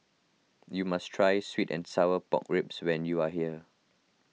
you must try Sweet and Sour Pork Ribs when you are here